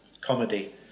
comedy